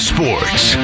Sports